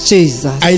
Jesus